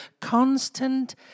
constant